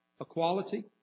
equality